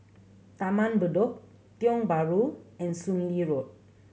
Taman Bedok Tiong Bahru and Soon Lee Road